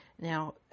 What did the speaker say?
Now